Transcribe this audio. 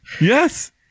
Yes